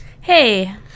Hey